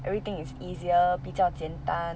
everything is easier 比较简单